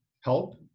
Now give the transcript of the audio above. help